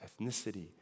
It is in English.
ethnicity